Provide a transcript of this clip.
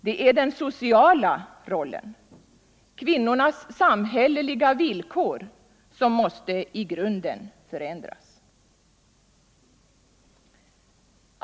Det är den sociala rollen, kvinnornas samhälleliga villkor, som måste i grunden förändras.